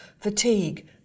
Fatigue